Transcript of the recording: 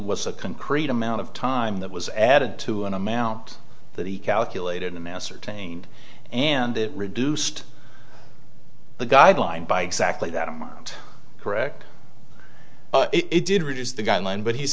was a concrete amount of time that was added to an amount that he calculated and ascertained and it reduced the guideline by exactly that amount correct but it did reduce the guideline but he